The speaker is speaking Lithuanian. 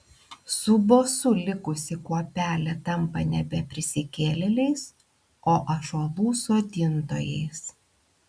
su bosu likusi kuopelė tampa nebe prisikėlėliais o ąžuolų sodintojais